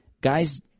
guys